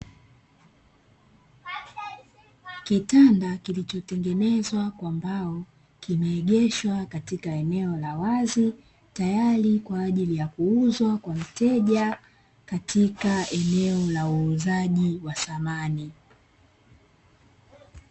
Kitanda kilichotengenezwa kwa mbao, kimeegeshwa katika eneo la wazi tayari kwa ajili ya kuuzwa kwa mteja, katika eneo la uuzaji wa samani.